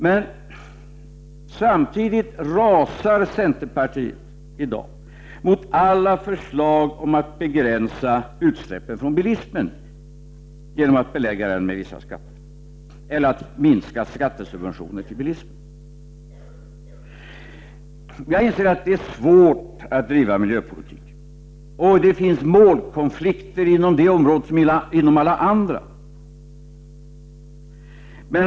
Men samtidigt rasar centerpartiet i dag mot alla förslag som handlar om att vi skall begränsa utsläppen från bilismen genom att belägga den med vissa skatter eller minska skattesubventionerna beträffande bilismen. Jag inser att det är svårt att driva miljöpolitik. Det finns målkonflikter såväl inom det området som inom alla andra områden.